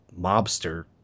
mobster